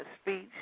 speech